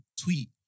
tweet